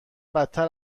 بدتر